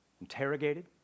interrogated